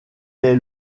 est